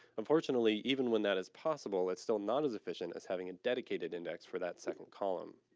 unfortunately, even when that is possible it's still not as efficient as having a dedicated index for that second column.